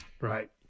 right